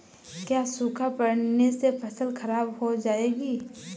क्या सूखा पड़ने से फसल खराब हो जाएगी?